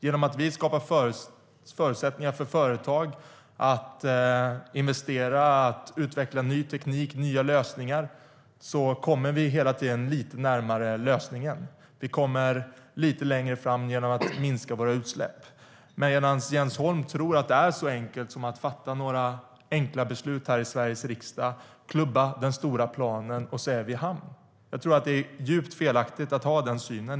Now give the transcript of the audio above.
Genom att vi skapar förutsättningar för företag att investera och utveckla ny teknik och nya möjligheter kommer vi hela tiden lite närmare en lösning. Vi kommer lite längre fram genom att minska våra utsläpp. Jens Holm däremot tror att det är så enkelt som att fatta några beslut i Sveriges riksdag och klubba igenom den stora planen. Sedan är vi i hamn. Jag tror att det är en djupt felaktig syn.